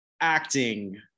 acting